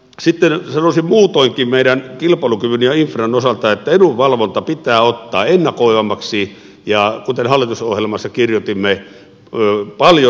sitten sanoisin muutoinkin meidän kilpailukyvyn ja infran osalta että edunvalvonta pitää ottaa ennakoivammaksi ja kuten hallitusohjelmassa kirjoitimme paljon paremmaksi